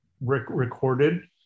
recorded